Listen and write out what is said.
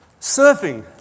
surfing